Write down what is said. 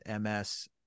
ms